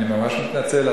אני ממש מתנצל.